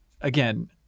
again